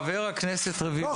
חבר הכנסת רביבו.